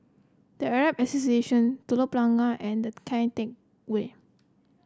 The Arab Association Telok Blangah and Kian Teck Way